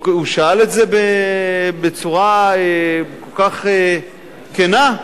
הוא שאל את זה בצורה כל כך כנה.